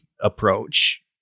approach